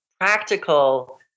practical